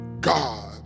God